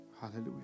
hallelujah